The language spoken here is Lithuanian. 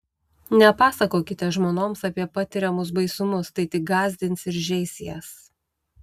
nepasakokite žmonoms apie patiriamus baisumus tai tik gąsdins ir žeis jas